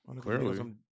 Clearly